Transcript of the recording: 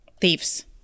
Thieves